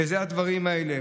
בזה הדברים האלה,